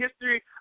history